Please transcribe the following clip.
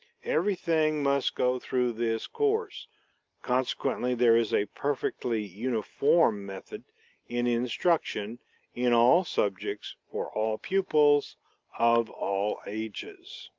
everything must go through this course consequently there is a perfectly uniform method in instruction in all subjects for all pupils of all ages.